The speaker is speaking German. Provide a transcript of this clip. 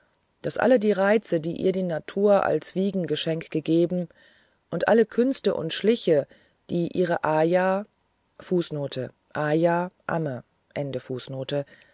daß alle die reize die ihr die natur als wiegengeschenke gegeben und alle künste und schliche die ihre ayahayah amme